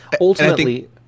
Ultimately-